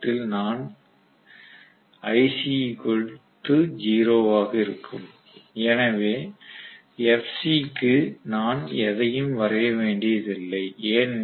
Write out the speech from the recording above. நேரத்தில் நான் ஆக இருக்கும் எனவே FC க்கு நான் எதையும் வரைய வேண்டியதில்லை ஏனெனில் FC 0